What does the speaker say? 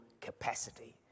capacity